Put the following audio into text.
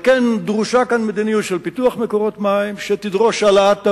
ועל כן דרושה כאן מדיניות של פיתוח מקורות מים שתדרוש העלאת תעריפים,